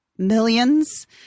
Millions